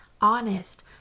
honest